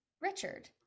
Richard